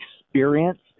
experience